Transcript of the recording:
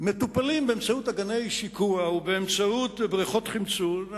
מטופלים באמצעות אגני שיקוע ובאמצעות בריכות חמצון.